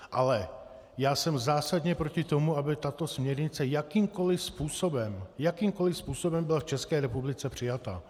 Ale já jsem zásadně proti tomu, aby tato směrnice jakýmkoliv způsobem, jakýmkoliv způsobem, byla v České republice přijata.